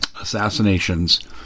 assassinations